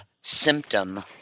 symptom